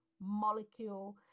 molecule